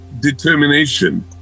determination